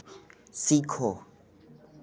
सीखो